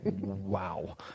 Wow